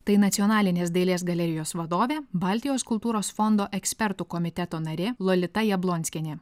tai nacionalinės dailės galerijos vadovė baltijos kultūros fondo ekspertų komiteto narė lolita jablonskienė